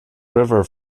river